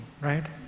right